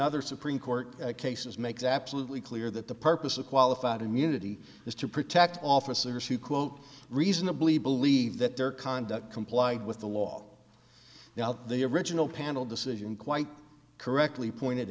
another supreme court cases makes absolutely clear that the purpose of qualified immunity is to protect officers who quote reasonably believe that their conduct complied with the law without the original panel decision quite correctly pointed